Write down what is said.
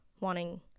wanting